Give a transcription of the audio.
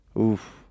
Oof